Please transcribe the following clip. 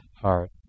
heart